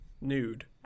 Nude